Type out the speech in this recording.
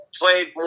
played